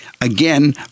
Again